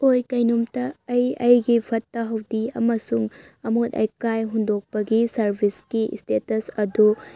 ꯑꯣꯏ ꯀꯩꯅꯣꯝꯇ ꯑꯩ ꯑꯩꯒꯤ ꯐꯠꯇ ꯍꯧꯗꯤ ꯑꯃꯁꯨꯡ ꯑꯃꯣꯠ ꯑꯀꯥꯏ ꯍꯨꯟꯗꯣꯛꯄꯒꯤ ꯁꯥꯔꯕꯤꯁꯒꯤ ꯏꯁꯇꯦꯇꯁ ꯑꯗꯨ